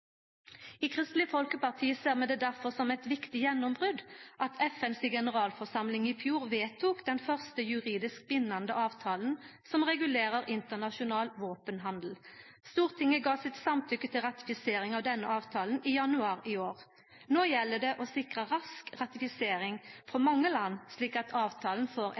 I Kristeleg Folkeparti ser vi det difor som eit viktig gjennombrot at FNs generalforsamling i fjor vedtok den første juridisk bindande avtalen som regulerer internasjonal våpenhandel. Stortinget gav sitt samtykkje til ratifisering av denne avtalen i januar i år. No gjeld det å sikra rask ratifisering for mange land, slik at avtalen får ein reell verknad. Internasjonalt bindande avtalar er også viktig for